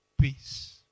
peace